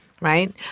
right